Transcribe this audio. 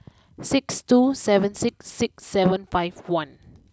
six two seven six six seven five one